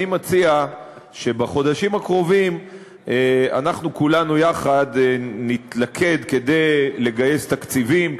אני מציע שבחודשים הקרובים אנחנו כולנו נתלכד כדי לגייס תקציבים,